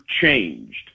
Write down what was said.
changed